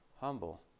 humble